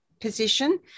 position